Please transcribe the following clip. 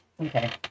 okay